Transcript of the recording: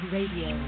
Radio